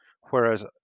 whereas